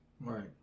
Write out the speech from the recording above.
Right